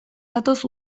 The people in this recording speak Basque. datoz